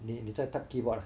你你在 type keyboard ah